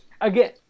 Again